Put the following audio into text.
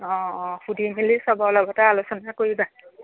অঁ অঁ সুধিমেলি চবৰ লগতে আলোচনা কৰিবা